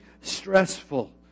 stressful